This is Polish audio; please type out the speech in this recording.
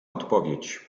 odpowiedź